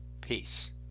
Peace